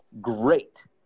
great